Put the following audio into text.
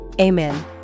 Amen